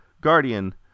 Guardian